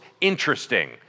interesting